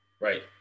Right